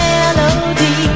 Melody